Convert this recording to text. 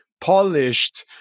polished